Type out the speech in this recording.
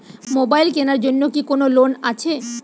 Mobile কেনার জন্য কি কোন লোন আছে?